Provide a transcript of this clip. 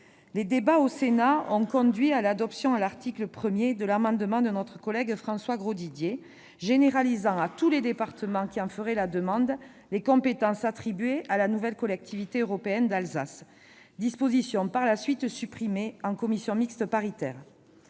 Les débats au Sénat ont conduit à l'adoption, à l'article 1, de l'amendement de notre collègue François Grosdidier généralisant à tous les départements qui en feraient la demande les compétences attribuées à la nouvelle Collectivité européenne d'Alsace- cette disposition a été supprimée par la suite en commission mixte paritaire.